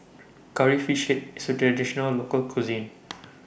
Curry Fish Head IS A Traditional Local Cuisine